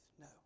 No